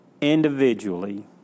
individually